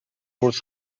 was